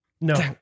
No